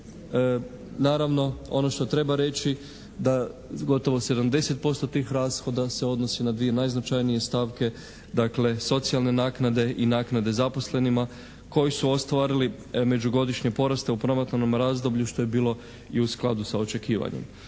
Naravno ono što treba reći da gotovo 70% tih rashoda se odnosi na dvije najznačajnije stavke, dakle socijalne naknade i naknade zaposlenima koji su ostvarili međugodišnje poraste u promotivnom razdoblju što je bilo i u skladu sa očekivanjem.